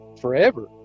forever